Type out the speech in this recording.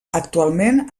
actualment